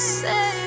say